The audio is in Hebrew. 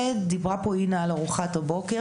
ודיברה פה אינה על ארוחת הבוקר.